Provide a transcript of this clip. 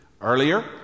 Earlier